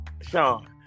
Sean